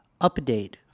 update